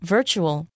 Virtual